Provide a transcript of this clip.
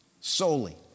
Solely